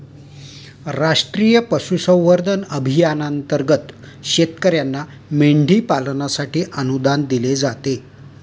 राष्ट्रीय पशुसंवर्धन अभियानांतर्गत शेतकर्यांना मेंढी पालनासाठी अनुदान दिले जाते